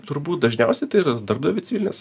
turbūt dažniausiai tai yra darbdavio civilinės